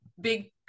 big